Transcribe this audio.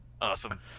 Awesome